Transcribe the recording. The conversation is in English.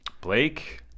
blake